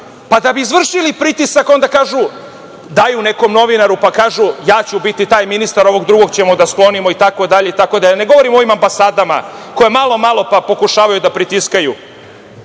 pa da bi izvršili pritisak onda kažu, daju nekom novinaru, pa kažu – ja ću biti taj ministar, ovog drugog ćemo da sklonimo i tako dalje, ne govorim o ovim ambasadama koje malo-malo pa pokušavaju da pritiskaju,